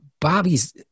Bobby's